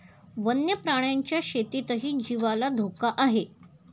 वन्य प्राण्यांच्या शेतीतही जीवाला धोका आहे